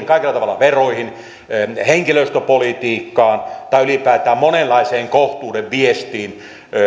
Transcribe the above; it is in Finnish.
kaikilla tavoilla veroihin henkilöstöpolitiikkaan tai ylipäätään monenlaiseen kohtuuden viestiin